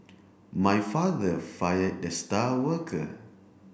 my father fired the star worker